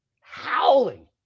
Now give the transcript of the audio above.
Howling